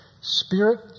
Spirit